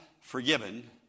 forgiven